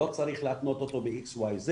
לא צריך להתנות אותו ב X,Y,Z